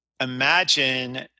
Imagine